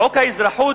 חוק האזרחות,